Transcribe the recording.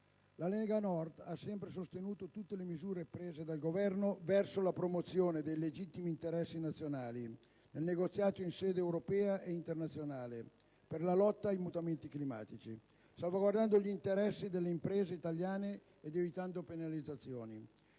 la Lega Nord ha da sempre sostenuto tutte le misure prese dal Governo: quelle verso la promozione dei legittimi interessi nazionali nel negoziato in sede europea e internazionale per la lotta ai mutamenti climatici, salvaguardando gli interessi delle imprese italiane ed evitando penalizzazioni;